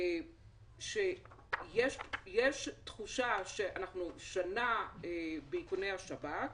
יש תחושה שאנחנו שנה באיכוני השב"כ,